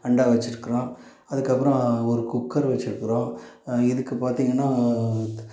அண்டா வச்சிருக்கறோம் அதுக்கப்பறம் ஒரு குக்கர் வச்சிருக்கறோம் இதுக்கு பார்த்தீங்கன்னா